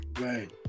right